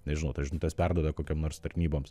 nežinau tas žinutes perduoda kokiom nors tarnyboms